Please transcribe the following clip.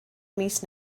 mis